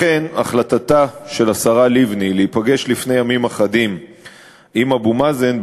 לכן החלטתה של השרה לבני להיפגש לפני ימים אחדים עם אבו מאזן,